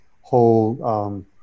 whole